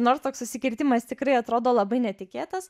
nors toks susikirtimas tikrai atrodo labai netikėtas